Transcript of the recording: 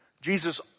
Jesus